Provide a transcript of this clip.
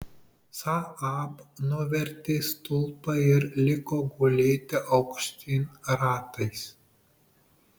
saab nuvertė stulpą ir liko gulėti aukštyn ratais